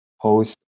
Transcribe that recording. post